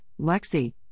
Lexi